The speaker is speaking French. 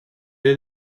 est